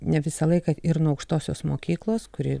ne visą laiką ir nuo aukštosios mokyklos kuri